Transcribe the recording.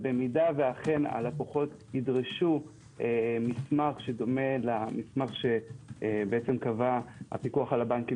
אם הלקוחות אכן ידרשו מסמך שדומה למסמך שקבע הפיקוח על הבנקים